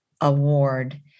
award